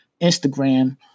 Instagram